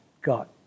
God